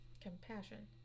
compassion